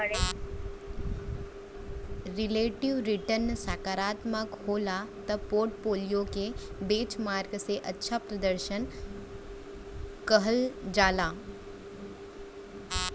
relative return सकारात्मक होला त पोर्टफोलियो के बेंचमार्क से अच्छा प्रर्दशन कहल जाला